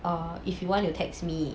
err if you want you text me